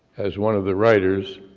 as one of the writers,